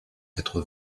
quatre